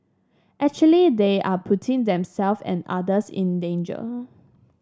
actually they are putting them self and others in danger